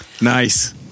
Nice